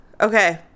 Okay